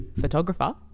photographer